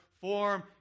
form